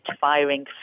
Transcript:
firing